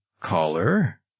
Caller